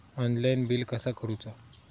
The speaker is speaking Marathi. ऑनलाइन बिल कसा करुचा?